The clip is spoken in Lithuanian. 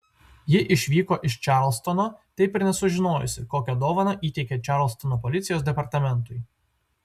ji išvyko iš čarlstono taip ir nesužinojusi kokią dovaną įteikė čarlstono policijos departamentui